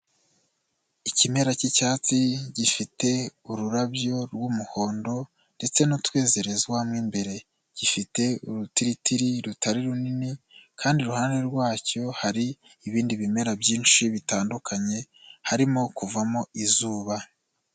Ikimera cy'icyatsi gifite ururabyo rw'umuhondo ndetse n'utwezerezwa mo imbere, gifite urutiritiri rutari runini kandi iruhande rwacyo hari ibindi bimera byinshi bitandukanye, harimo kuvamo izuba.